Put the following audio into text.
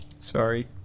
Sorry